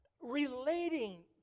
relating